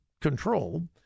control